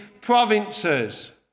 provinces